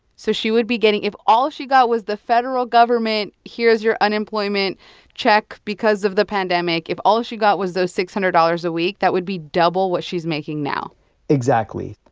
so she would be getting if all she got was the federal government, here's your unemployment check because of the pandemic, if all she got was those six hundred dollars a week, that would be double what she's making now exactly.